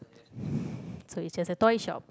so is just a toy shop